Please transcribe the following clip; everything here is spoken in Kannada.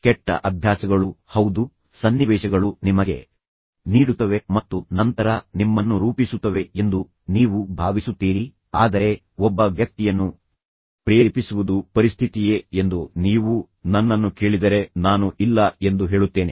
ಕೆಟ್ಟ ಅಭ್ಯಾಸಗಳು ಹೌದು ಸನ್ನಿವೇಶಗಳು ನಿಮಗೆ ನೀಡುತ್ತವೆ ಮತ್ತು ನಂತರ ನಿಮ್ಮನ್ನು ರೂಪಿಸುತ್ತವೆ ಎಂದು ನೀವು ಭಾವಿಸುತ್ತೀರಿ ಆದರೆ ಒಬ್ಬ ವ್ಯಕ್ತಿಯನ್ನು ಪ್ರೇರೇಪಿಸುವುದು ಪರಿಸ್ಥಿತಿಯೇ ಎಂದು ನೀವು ನನ್ನನ್ನು ಕೇಳಿದರೆ ನಾನು ಇಲ್ಲ ಎಂದು ಹೇಳುತ್ತೇನೆ